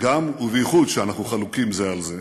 גם ובייחוד כשאנחנו חלוקים זה על זה,